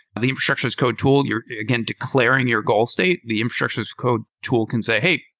the infrastructure as code tool, you're, again, declaring your goal state. the infrastructure as code tool can say, hey,